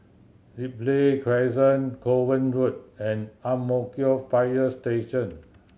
Ripley Crescent Kovan Road and Ang Mo Kio Fire Station